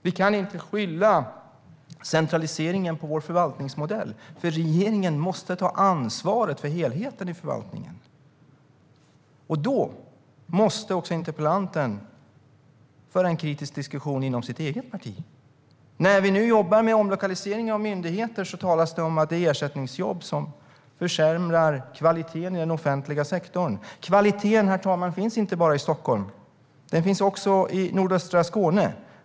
Vi kan inte skylla centraliseringen på vår förvaltningsmodell, för regeringen måste ta ansvaret för helheten i förvaltningen. Då måste interpellanten föra en kritisk diskussion inom sitt eget parti. När vi nu jobbar med omlokalisering av myndigheter talas det om att detta är ersättningsjobb, som försämrar kvaliteten i den offentliga sektorn. Kvaliteten, herr talman, finns inte bara i Stockholm. Den finns också i nordöstra Skåne.